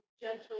gentle